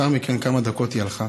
לאחר כמה דקות היא הלכה,